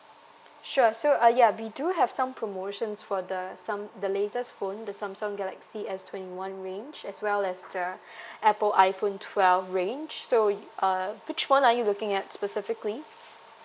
sure so uh ya we do have some promotions for the sam~ the latest phone the samsung galaxy S twenty one range as well as the apple iphone twelve range so uh which one are you looking at specifically